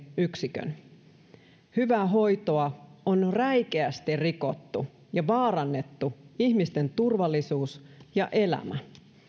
yksikön hyvää hoitoa on räikeästi rikottu ja vaarannettu ihmisten turvallisuus ja elämä